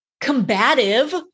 combative